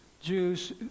Jews